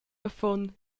affon